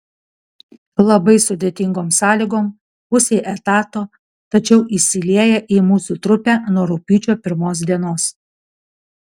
labai sudėtingom sąlygom pusei etato tačiau įsilieja į mūsų trupę nuo rugpjūčio pirmos dienos